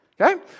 okay